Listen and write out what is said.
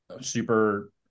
super